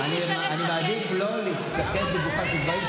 אני מעדיף לא להתייחס לגופם של דברים,